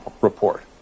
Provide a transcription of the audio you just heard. report